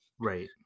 Right